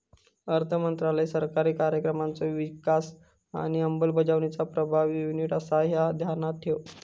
अर्थमंत्रालय सरकारी कार्यक्रमांचो विकास आणि अंमलबजावणीचा प्रभारी युनिट आसा, ह्या ध्यानात ठेव